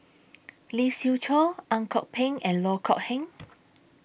Lee Siew Choh Ang Kok Peng and Loh Kok Heng